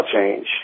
change